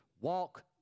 walk